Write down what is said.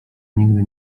nigdy